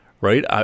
Right